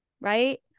right